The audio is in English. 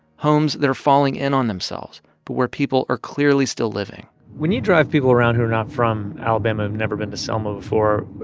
homes that are falling in on themselves but where people are clearly still living when you drive people around who are not from alabama, who've never been to selma before,